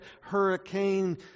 Hurricane